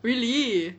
really